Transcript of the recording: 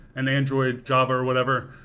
and they enjoy java or whatever.